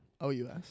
O-U-S